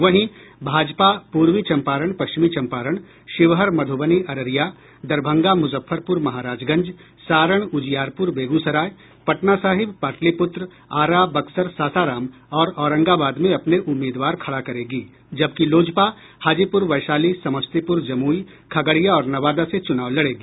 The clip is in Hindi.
वहीं भाजपा पूर्वी चम्पारण पश्चिमी चम्पारण शिवहर मधुबनी अररिया दरभंगा मुजफ्फरपुर महाराजगंज सारण उजियारपुर बेगूसराय पटना साहिब पाटलिपुत्र आरा बक्सर सासाराम और औरंगाबाद में अपने उम्मीदवार खड़ा करेगी जबकि लोजपा हाजीपुर वैशाली समस्तीपुर जमुई खगड़िया और नवादा से चुनाव लड़ेगी